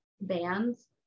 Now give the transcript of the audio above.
bands